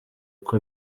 uko